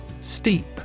Steep